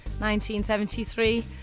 1973